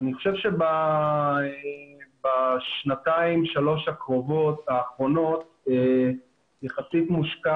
אני חושב שבשנתיים-שלוש האחרונות יחסית מושקע